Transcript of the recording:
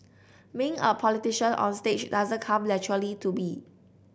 being a politician onstage doesn't come naturally to me